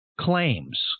claims